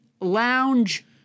lounge